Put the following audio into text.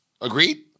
Agreed